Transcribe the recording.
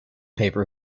paper